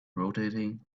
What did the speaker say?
rotating